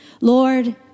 Lord